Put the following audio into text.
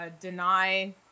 deny